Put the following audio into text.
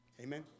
Amen